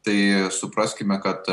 tai supraskime kad